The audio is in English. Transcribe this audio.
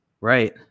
Right